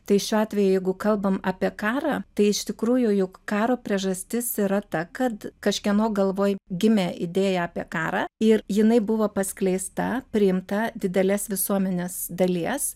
tai šiuo atveju jeigu kalbam apie karą tai iš tikrųjų juk karo priežastis yra ta kad kažkieno galvoj gimė idėja apie karą ir jinai buvo paskleista priimta didelės visuomenės dalies